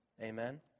Amen